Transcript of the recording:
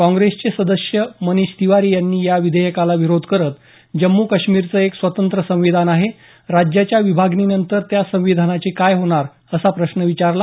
काँग्रेसचे सदस्य मनीष तिवारी यांनी या विधेयकाला विरोध करत जम्मू काश्मीरचं एक स्वतंत्र संविधान आहे राज्याच्या विभागणीनंतर त्या संविधानाचे काय होणार असा प्रश्न विचारला